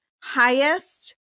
highest